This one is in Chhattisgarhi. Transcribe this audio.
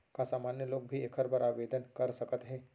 का सामान्य लोग भी एखर बर आवदेन कर सकत हे?